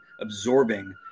absorbing